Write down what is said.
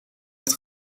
het